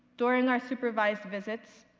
during our supervised visits,